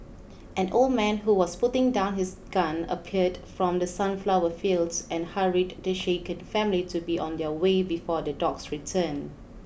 an old man who was putting down his gun appeared from the sunflower fields and hurried the shaken family to be on their way before the dogs return